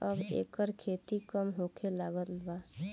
अब एकर खेती कम होखे लागल बा